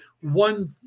one